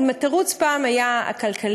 אם התירוץ פעם היה הכלכלי,